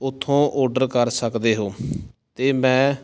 ਉੱਥੋਂ ਔਡਰ ਕਰ ਸਕਦੇ ਹੋ ਅਤੇ ਮੈਂ